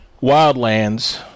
Wildlands